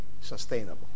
sustainable